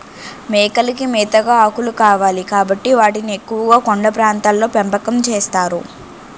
మేకలకి మేతగా ఆకులు కావాలి కాబట్టి వాటిని ఎక్కువుగా కొండ ప్రాంతాల్లో పెంపకం చేస్తారు